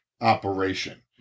operation